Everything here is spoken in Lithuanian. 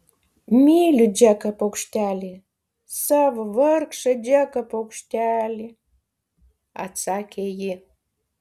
myliu džeką paukštelį savo vargšą džeką paukštelį atsakė ji